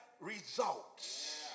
results